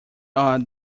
are